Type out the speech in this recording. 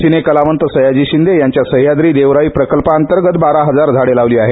सिने कलावंत सयाजी शिंदे यांच्या सह्याद्री देवराई प्रकल्पांतर्गत बारा हजार झाडे लावली आहेत